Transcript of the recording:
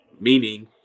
meaning